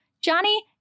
Johnny